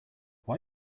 why